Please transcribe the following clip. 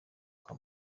kwa